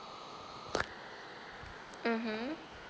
mmhmm